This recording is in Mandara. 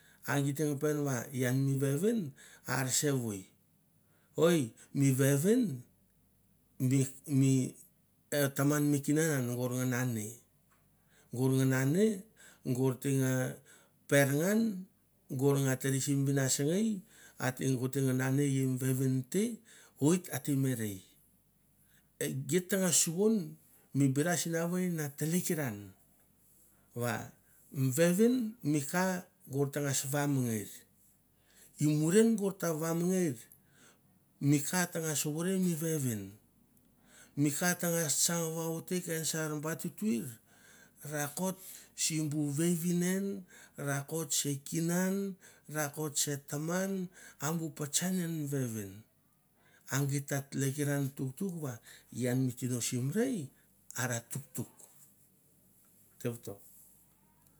A gi teng peven va ian mi vevin ar sevoi oi mi vevin e taman ma e kinan an gor nga nane, gor nga nane gor te nga per ngan gor ngan tere sim vinasngei a te gor te nane e i mi vevin te oit a te mi rei, geit ta ngas suvon mi binga sinavei na tlekiran va mi vevin mi ka gor tangas vaminger, i murin gor ta vamnger, mi ka tangas vore mi vevin, mi ka tangas tsang vaute ken sa b tutuir rakot simbu vevinen, rakot se kinan, rakot se taman a bu patsan an mi vevim, a git ta tlekran tuktuk va ian mi tino sim rei ara tuktuk tuktuk.